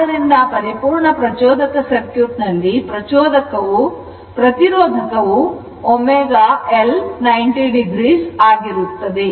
ಆದ್ದರಿಂದ ಪರಿಪೂರ್ಣ ಪ್ರಚೋದಕ ಸರ್ಕ್ಯೂಟ್ ನಲ್ಲಿ ಪ್ರತಿರೋಧಕವು ω L 90 o ಆಗಿರುತ್ತದೆ